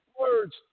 words